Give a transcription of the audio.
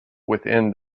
within